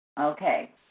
Okay